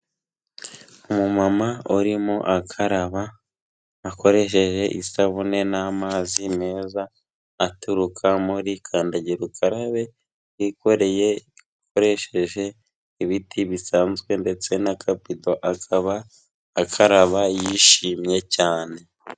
Umumama urimo akaraba akoresheje isabune n'amazi meza aturuka muri kandagira ukarabe, yikoreye ikoresheje ibiti bisanzwe ndetse n'akabido, akaba akaraba yishimye cyane.